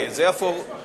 לממשלה